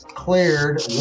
Cleared